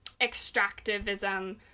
extractivism